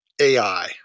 AI